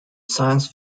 science